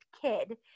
kid